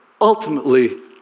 ultimately